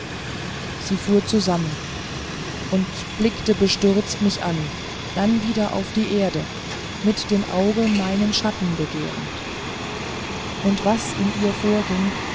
sie fuhr zusammen und blickte bestürzt mich an dann wieder auf die erde mit dem auge meinen schatten begehrend und was in ihr vorging